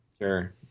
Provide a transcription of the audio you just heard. Sure